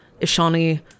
Ishani